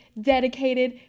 dedicated